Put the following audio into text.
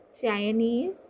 Chinese